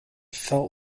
felt